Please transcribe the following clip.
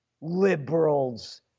Liberals